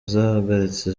zahagaritse